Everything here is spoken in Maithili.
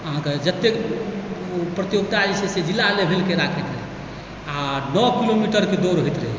अहाँके जतेक ओ प्रतियोगिता जे छै से जिला लेवलके राखै आओर नओ किलोमीटरकेँ दौड़ होइत रहै